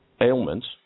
ailments